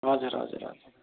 हजुर हजुर हजुर